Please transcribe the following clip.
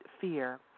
fear